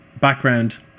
background